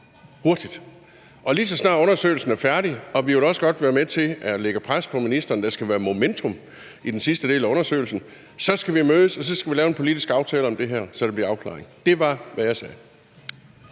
hurtigt, lige så snart undersøgelsen er færdig. Og vi vil også godt være med til at lægge pres på ministeren. Der skal være momentum i den sidste del af undersøgelsen. Og så skal vi mødes, og så skal vi lave en politisk aftale om det her, så der bliver afklaring. Det var, hvad jeg sagde.